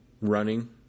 running